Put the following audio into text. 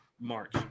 March